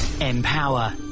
Empower